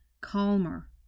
calmer